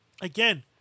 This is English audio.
Again